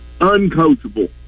Uncoachable